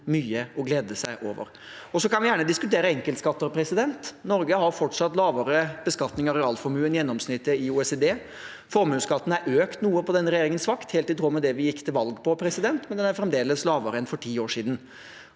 mye å glede seg over. Vi kan gjerne diskutere enkeltskatter. Norge har fortsatt lavere beskatning av realformue enn gjennomsnittet i OECD. Formuesskatten er økt noe på denne regjeringens vakt, helt i tråd med det vi gikk til valg på, men den er fremdeles lavere enn for ti år siden.